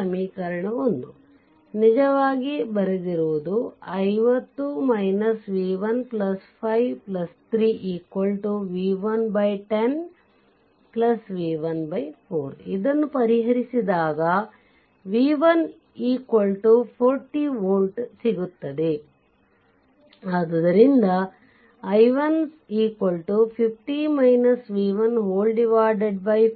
ಸಮೀಕರಣ 1 ನಿಜವಾಗಿ ಬರೆದಿರುವುದು 50 v1 5 3 v1 10 v1 4 ಇದನ್ನು ಪರಿಹರಿಸಿದಾಗ v1 40 volt ಸಿಗುತ್ತದೆ ಆದುದರಿಂದ i15 5 2 amps i2 v1 10 4010 4 amps i3